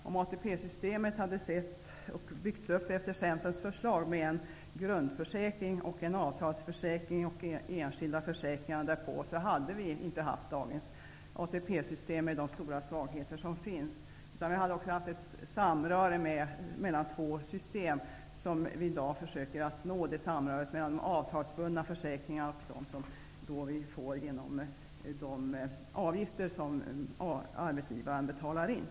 Om ATP-systemet hade byggts upp efter Centerns förslag med en grundförsäkring, en avtalsförsäkring och enskilda försäkringar därpå, hade vi inte haft ett ATP-system med de stora svagheter som det har i dag, utan vi hade haft ett samröre mellan två system. Vi försöker i dag nå det samröret mellan avtalsbundna försäkringar och dem som vi får genom de avgifter som arbetsgivaren betalar in.